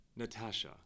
Natasha